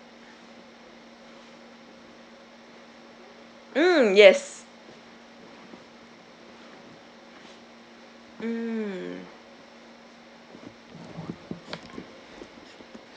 mm yes mm